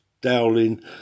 Dowling